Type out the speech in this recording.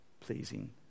pleasing